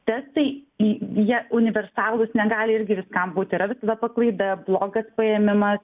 testai į jie universalūs negali irgi viskam būti yra visada paklaida blogas paėmimas